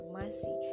mercy